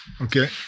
Okay